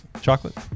Chocolate